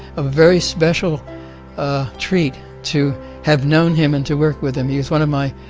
a very special ah treat to have known him and to work with him. he's one of my